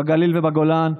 בגליל ובגולן,